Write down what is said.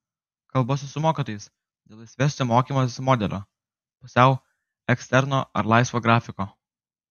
kalbuosi su mokytojais dėl laisvesnio mokymosi modelio pusiau eksterno ar laisvo grafiko